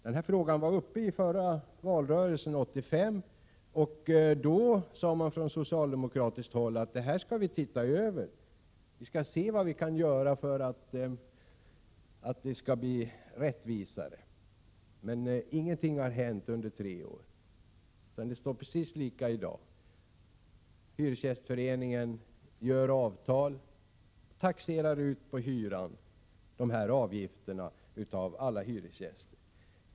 Denna fråga var uppe i förra valrörelsen 1985. Man sade då från socialdemokratiskt håll att man skulle se över detta och se vad man kunde göra för att det skall bli mer rättvist. Ingenting har hänt under tre år. Det är precis likadant i dag. Hyresgästföreningen sluter avtal och lägger på en avgift för det på hyran för alla hyresgäster.